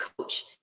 coach